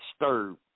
disturbed